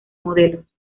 modelos